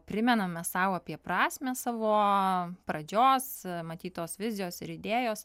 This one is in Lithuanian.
primename sau apie prasmę savo pradžios matytos vizijos ir idėjos